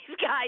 guys